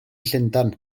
llundain